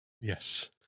Yes